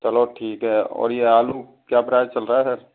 चलो ठीक है और यह आलू क्या प्राइस चल रहा है सर